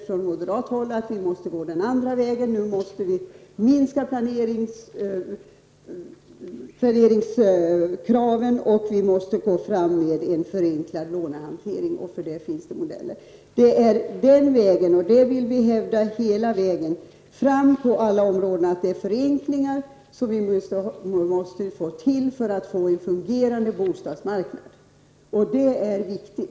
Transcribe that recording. Från moderat håll säger vi att vi måste gå den andra vägen: minska planeringskravet och föra fram en förenklad lånehantering. Det finns modeller för det. Vi vill hävda att det på alla områden är förenklingar som måste göras för att man skall få en fungerande bostadsmarknad. Och det är viktigt.